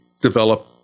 develop